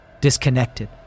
Disconnected